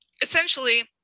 essentially